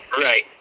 Right